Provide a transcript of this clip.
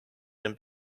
den